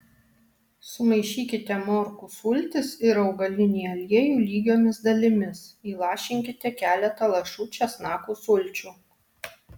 sumaišykite morkų sultis ir augalinį aliejų lygiomis dalimis įlašinkite keletą lašų česnakų sulčių